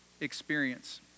experience